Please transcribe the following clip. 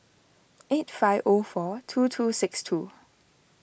eight five O four two two six two